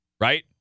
right